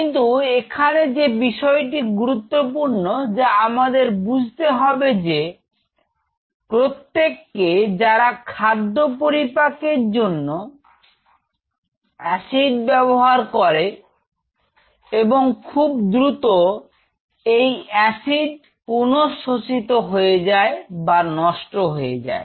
কিন্তু এখানে যে বিষয়টি গুরুত্বপূর্ণ যা আমাদের বুঝতে হবে যে প্রত্যেকে যারা খাদ্য পরিপাকের জন্য অ্যাসিড ব্যবহার করে এবং খুব দ্রুত এই অ্যাসিড পুনঃ শোষিত হয়ে যায় বা নষ্ট হয়ে যায়